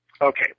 Okay